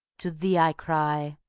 to thee i cry,